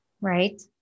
right